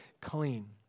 clean